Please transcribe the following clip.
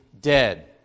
dead